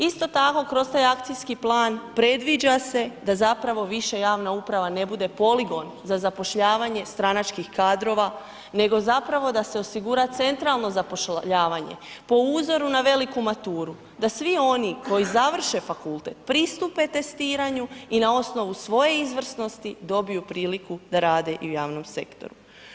Isto tako kroz taj Akcijski plan predviđa se da zapravo više javna uprave ne bude poligon za zapošljavanje stranačkih kadrova, nego zapravo da se osigura centralno zapošljavanje po uzoru na veliku maturu, da svi oni koji završe fakultet pristupe testiranju i na osnovu svoje izvrsnosti dobiju priliku da rade i u javnom sektoru.